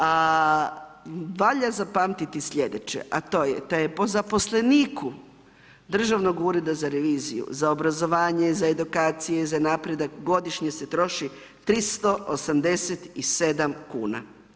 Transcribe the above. A valja zapamtiti sljedeće, a to je da je po zaposleniku Državnog ureda za reviziju, za obrazovanje, za edukacije, za napredak, godišnje se troši 387 kuna.